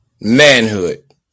manhood